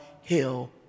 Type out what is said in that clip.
Hill